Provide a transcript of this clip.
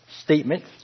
statement